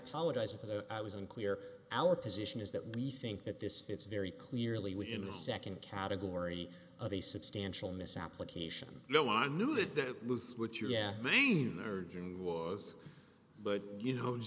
apologize if i was unclear our position is that we think that this it's very clearly we in the second category of a substantial misapplication no one knew that that was what your main urging was but you know